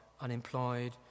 unemployed